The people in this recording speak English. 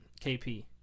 KP